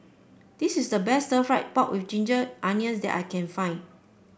this is the best Stir Fried Pork with Ginger Onions that I can find